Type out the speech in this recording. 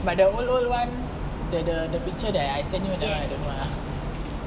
but the old old one the the picture that that I send you that [one] I don't know ah